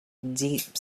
deep